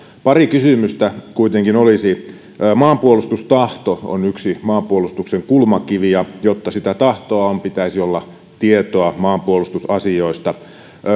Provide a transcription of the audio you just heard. pari kysymystä kuitenkin olisi maanpuolustustahto on yksi maanpuolustuksen kulmakiviä ja jotta sitä tahtoa olisi pitäisi olla tietoa maanpuolustusasioista